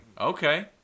Okay